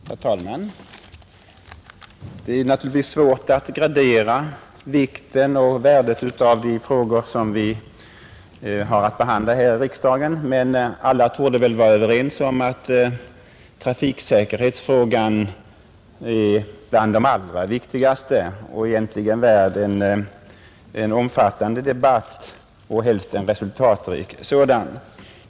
Herr talman! Det är naturligtvis svårt att gradera vikten och värdet av de frågor som vi har att behandla här i riksdagen, men alla torde vara överens om att trafiksäkerhetsfrågan är bland de allra viktigaste och egentligen värd en omfattande debatt, helst en resultatrik sådan.